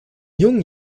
jungen